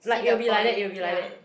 see the point ya